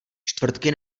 čtvrtky